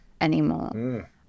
anymore